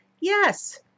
Yes